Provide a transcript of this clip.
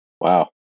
Wow